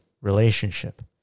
relationship